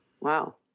Wow